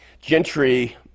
Gentry